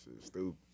Stupid